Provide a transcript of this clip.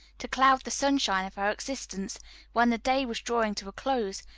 to cloud the sunshine of her existence when the day was drawing to a close,